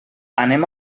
anem